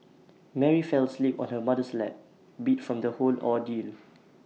Mary fell asleep on her mother's lap beat from the whole ordeal